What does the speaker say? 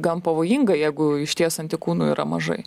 gan pavojinga jeigu išties antikūnų yra mažai